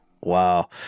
Wow